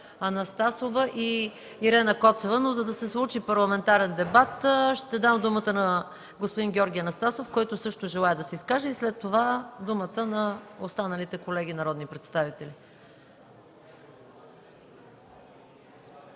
Анастасова и Ирена Коцева, но за да се случи парламентарен дебат, ще дам думата на господин Георги Анастасов, който също желае да се изкаже, и след това на останалите колеги народни представители.